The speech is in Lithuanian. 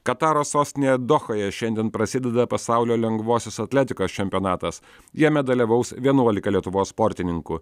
kataro sostinėje dohoje šiandien prasideda pasaulio lengvosios atletikos čempionatas jame dalyvaus vienuolika lietuvos sportininkų